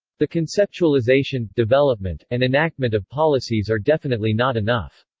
the conceptualization, development, and enactment of policies are definitely not enough.